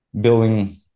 building